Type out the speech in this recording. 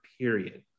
period